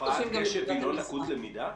הפרעת קשב היא לא לקות למידה?